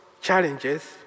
challenges